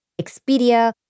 Expedia